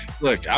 Look